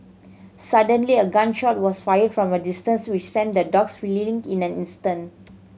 suddenly a gun shot was fired from a distance which sent the dogs fleeing in an instant